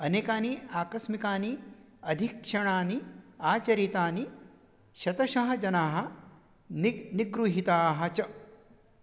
अनेकानि आकस्मिकानि अधीक्षणानि आचरितानि शतशः जनाः निग् निगृहीताः च